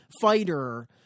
fighter